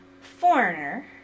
Foreigner